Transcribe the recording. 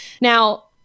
Now